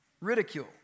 ridicule